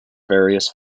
various